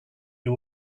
you